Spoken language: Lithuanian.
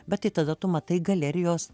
bet tai tada tu matai galerijos